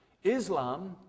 Islam